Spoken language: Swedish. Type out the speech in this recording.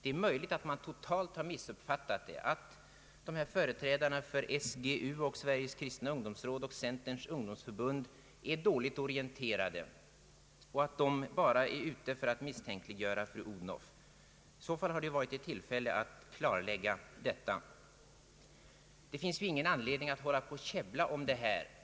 Det är möjligt att det här före ligger en total missuppfattning, att företrädarna för SGU, Sveriges Kristna ungdomsråd och Centerns ungdomsförbund är dåligt orienterade och bara är ute för att misstänkliggöra fru Odhnoff. I så fall hade här funnits ett tillfälle att klarlägga situationen. Det finns ingen anledning att käbbla om detta.